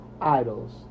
idols